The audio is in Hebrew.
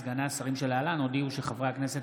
סגני השרים שלהלן הודיעו שחברי כנסת